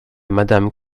madame